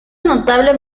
notable